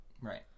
right